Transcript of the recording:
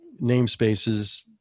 namespaces